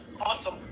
Awesome